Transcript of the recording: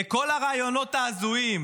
לכל הרעיונות ההזויים,